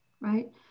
right